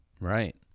right